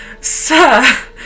Sir